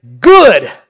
good